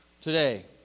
today